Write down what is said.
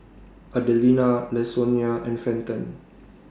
Adelina Lasonya and Fenton